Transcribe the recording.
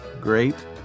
great